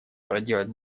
проделать